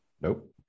Nope